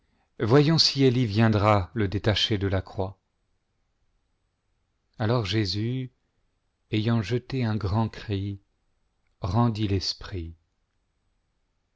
voyons si elie viendra le détacher de la croix à alors jésus ayant jeté un grand cri rendit l'esprit